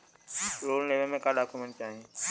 Loan लेवे मे का डॉक्यूमेंट चाही?